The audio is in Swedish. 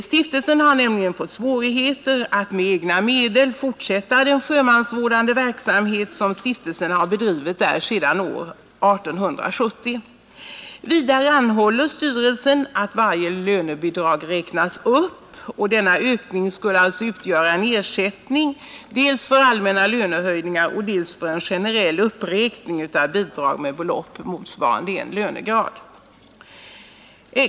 Stiftelsen har nämligen fått svårigheter att med egna medel fortsätta den sjömansvårdande verksamhet, som den har bedrivit här sedan år 1870. Vidare anhåller styrelsen, att varje lönebidrag räknas upp. Denna ökning skulle utgöra ersättning dels för allmänna lönehöjningar, dels för en generell uppräkning av bidrag med belopp motsvarande en löngegrad.